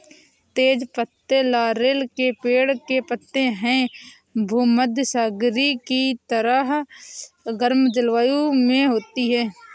तेज पत्ते लॉरेल के पेड़ के पत्ते हैं भूमध्यसागरीय की तरह गर्म जलवायु में होती है